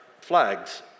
flags